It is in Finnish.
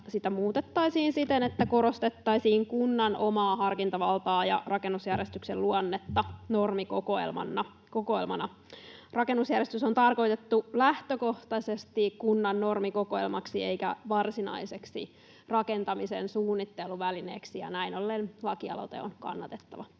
sitä muutettaisiin siten, että korostettaisiin kunnan omaa harkintavaltaa ja rakennusjärjestyksen luonnetta normikokoelmana. Rakennusjärjestys on tarkoitettu lähtökohtaisesti kunnan normikokoelmaksi eikä varsinaiseksi rakentamisen suunnitteluvälineeksi. Näin ollen lakialoite on kannatettava.